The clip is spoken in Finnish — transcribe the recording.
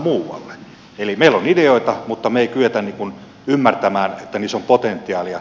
meillä on ideoita mutta me emme kykene ymmärtämään että niissä on potentiaalia